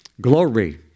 Glory